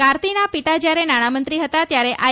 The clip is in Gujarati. કાર્તિના પિતા જ્યારે નાણામંત્રી હતા ત્યારે આઇ